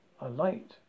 alight